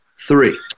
Three